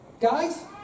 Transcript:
guys